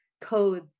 codes